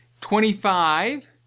Twenty-five